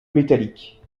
métallique